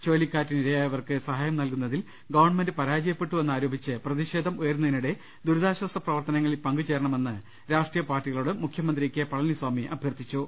ചുഴലിക്കാറ്റിനിരയായവർക്ക് സഹായം നൽകു ന്നതിൽ ഗവൺമെന്റ് പരാജയപ്പെട്ടുവെന്നാരോപിച്ച് പ്രതിഷേധം ഉയരുന്നതിനിടെ ദുരിതാശ്ചാസ പ്രവർത്ത നങ്ങളിൽ പങ്കുചേരണമെന്ന് രാഷ്ട്രീയ പാർട്ടികളോട് മുഖ്യമന്ത്രി കെ പളനിസാമി അഭ്യർത്ഥിച്ചു